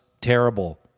terrible